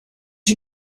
you